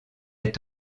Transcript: est